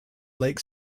lake